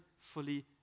fully